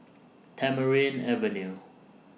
Tamarind Avenue